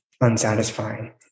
unsatisfying